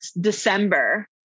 December